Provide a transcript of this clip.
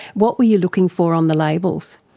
what were you looking for on the labels?